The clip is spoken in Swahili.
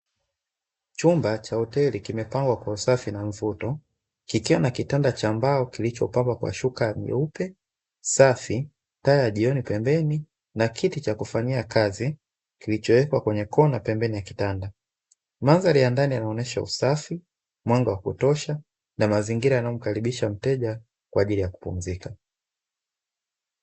Chumba cha hoteli kipangwa kwa usafi na mmvuto kikiwa na kitanda cha mbao kilichopambwa kwa shuka nyeupe safi taa ya jioni pembeni na kiti chakufanyia kazi kilichowekwa kwenye kona pembeni ya kitanda, Mandhari ya ndani ina mwanga wa kutosha mandhari inayomvutia mteja kwaajili ya kupumzika.